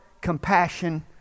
compassion